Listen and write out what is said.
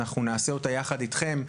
אנחנו נעשה אותה יחד איתכם,